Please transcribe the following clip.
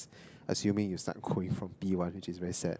assuming you start going from P one which is very sad